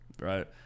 right